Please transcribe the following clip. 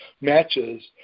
matches